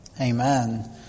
amen